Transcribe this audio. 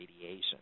radiation